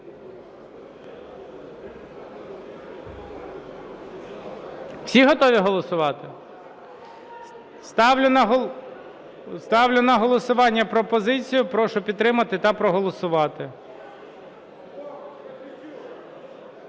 Всі готові голосувати? Ставлю на голосування пропозицію. Прошу підтримати та проголосувати.